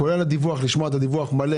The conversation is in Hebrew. כולל לשמוע את הדיווח מלא,